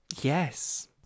Yes